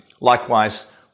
Likewise